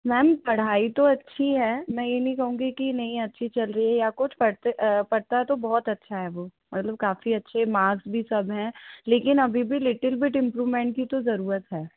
ma'am पढ़ाई तो अच्छी है मैं ये नहीं कहूँगी कि नहीं अच्छी चल रही है या कुछ पढ़ते पढ़ता तो बहुत अच्छा है वो मतलब काफी अच्छे मार्क्स भी सब हैं लेकिन अभी भी लिटल बिट इम्टप्रूवमेंट की तो जरूरत है